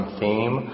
theme